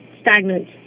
stagnant